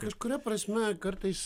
kažkuria prasme kartais